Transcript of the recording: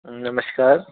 नमस्कार